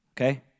Okay